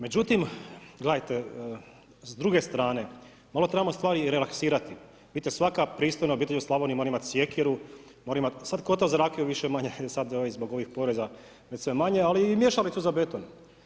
Međutim, gledajte, s druge strane, malo trebamo stvari relaksirati, vidite svaka pristojna obitelj u Slavoniji mora imati sjekiru, mora imati, sad kotao za rakiju više-manje, sad zbog ovih poreza već sve manje ali i mješalicu za beton.